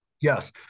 yes